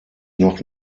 noch